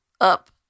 up